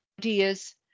ideas